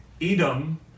Edom